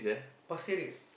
Pasir-Ris